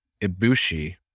Ibushi